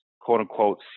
quote-unquote